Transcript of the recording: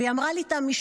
והיא אמרה לי את המשפט: